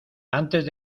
antes